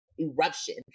eruption